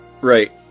Right